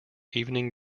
evening